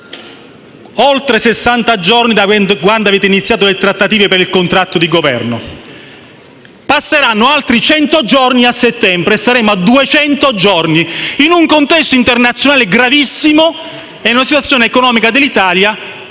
sessanta giorni da quando avete iniziato le trattative per il contratto di Governo; passeranno altri cento giorni fino a settembre e saremo a duecento giorni in un contesto internazionale gravissimo e con una situazione economica dell'Italia